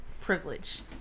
privilege